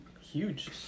huge